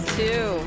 two